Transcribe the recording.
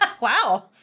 Wow